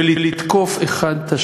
ולתקוף האחד את השני?